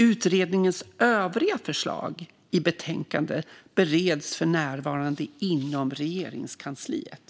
Utredningens övriga förslag i betänkandet bereds för närvarande inom Regeringskansliet.